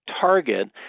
target